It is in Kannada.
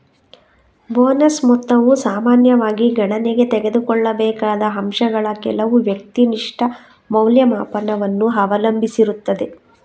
ಬೋನಸ್ ಮೊತ್ತವು ಸಾಮಾನ್ಯವಾಗಿ ಗಣನೆಗೆ ತೆಗೆದುಕೊಳ್ಳಬೇಕಾದ ಅಂಶಗಳ ಕೆಲವು ವ್ಯಕ್ತಿನಿಷ್ಠ ಮೌಲ್ಯಮಾಪನವನ್ನು ಅವಲಂಬಿಸಿರುತ್ತದೆ